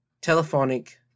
telephonic